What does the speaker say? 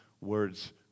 words